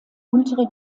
untere